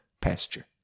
pasture